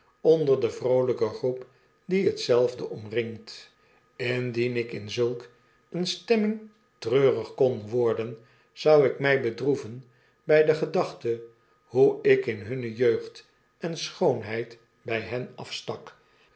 onder de vroolijke groep die hetzelve omringt indien ik in zulk eene stemming treurig kon worden zou ik mij bedroeven bij de gedachte hoe ik in hunne jeugd en schoonheid bij hen afstak